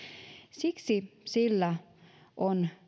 siksi on